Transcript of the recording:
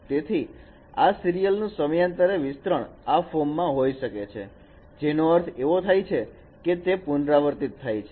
તેથી આ સિરિયલનું સમયાંતરે વિસ્તરણ આ ફોર્મ માં હોઈ શકે છે જેનો અર્થ એવો થાય છે કે તે પુનરાવર્તિત થાય છે